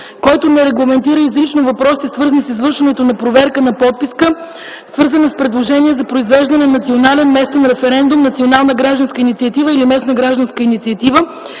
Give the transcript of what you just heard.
който не регламентира изрично въпросите, свързани с извършването на проверка на подписка, свързана с предложение за произвеждане на национален местен референдум, национална гражданска инициатива или местна гражданска инициатива.